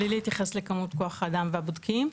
בלי להתייחס לכמות כוח האדם והבודקים,